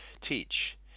teach